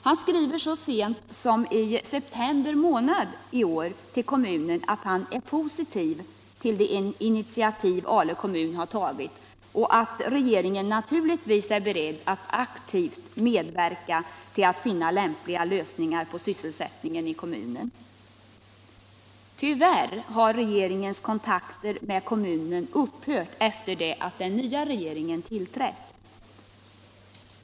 Han skriver så sent som i september månad till kommunen att han är positiv till de initiativ Ale kommun har tagit och att regeringen naturligtvis är beredd att aktivt medverka till att finna lämpliga lösningar på sysselsättningsfrågan i kommunen. Tyvärr har kontakterna med kommunen upphört efter det att den nya regeringen tillträtt.